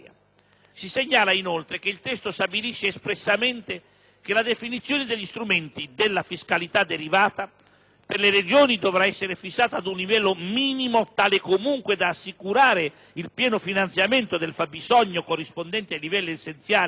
Si segnala inoltre che il testo stabilisce espressamente che la definizione degli strumenti della fiscalità derivata, per le Regioni, dovrà essere fissata ad un livello minimo, tale comunque da assicurare il pieno finanziamento del fabbisogno corrispondente ai livelli essenziali delle